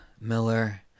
miller